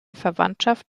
verwandtschaft